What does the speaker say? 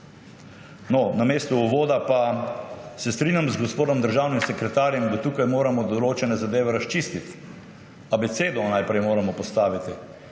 namesto uvoda pa se strinjam z gospodom državnim sekretarjem, da moramo tukaj določene zadeve razčistiti. Najprej moramo postaviti